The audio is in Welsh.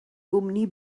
gwmni